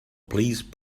please